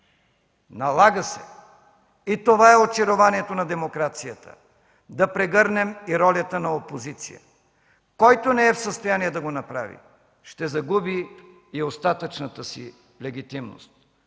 Налага се, и това е очарованието на демокрацията, да прегърнем и ролята на опозиция. Който не е в състояние да го направи, ще загуби и остатъчната си легитимност.